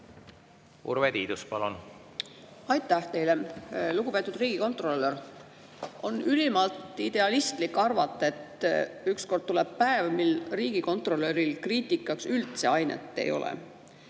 Urve Tiidus, palun! Aitäh teile! Lugupeetud riigikontrolör! On ülimalt idealistlik arvata, et ükskord tuleb päev, mil riigikontrolöril kriitikaks üldse ainet ei ole.